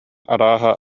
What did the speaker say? арааһа